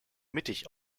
mittig